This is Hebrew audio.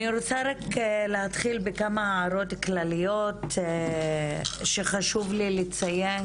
אני רוצה רק להתחיל בכמה הערות כלליות שחשוב לי לציין,